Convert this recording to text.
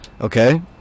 okay